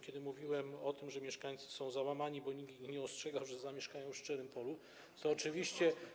Kiedy mówiłem o tym, że mieszkańcy są załamani, bo nikt ich nie ostrzegał, że zamieszkają w szczerym polu, to oczywiście.